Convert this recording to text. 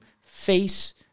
face